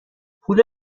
پول